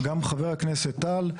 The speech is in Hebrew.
גם חבר הכנסת טל,